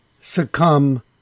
succumb